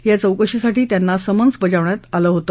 या चौकशीसाठी त्यांना समन्स पाठवण्यात आलं होत